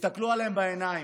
תסתכלו להם בעיניים,